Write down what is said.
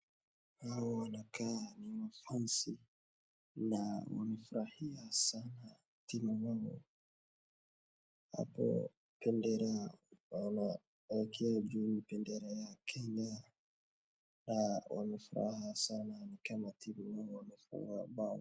hao wanakaa ni mafans na wamefurahia sana timu wao. hapo bendera unaona wamewekea juu bendera ya Kenya na wamefurahia sana ni kama timu wao wamefunga bao.